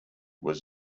was